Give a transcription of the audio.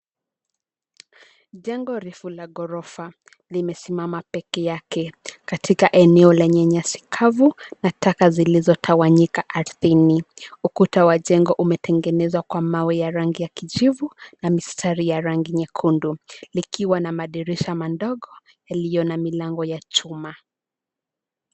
Jengo refu la ghorofa, limesimama peke yake, katika eneo lenye nyasi kavu na taka zilizotawanyika ardhini, ukuta wa jengo umetengenezwa kwa mawe ya rangi ya kijivu, na mistari ya rangi nyekundu, likiwa na madirisha madogo, yaliyo na milango ya chuma.